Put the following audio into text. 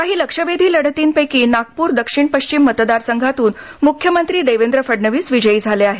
काही लक्षवेधी लढतीपैकी नागपूर दक्षिण पश्चिम मतदारसंघातून मुख्यमंत्री देवेंद्र फडणवीस विजयी झाले आहेत